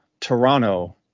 Toronto